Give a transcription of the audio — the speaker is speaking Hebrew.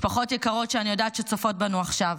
משפחות יקרות שאני יודעת שצופות בנו עכשיו,